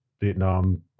Vietnam